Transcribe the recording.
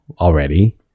already